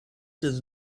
does